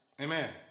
Amen